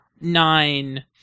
nine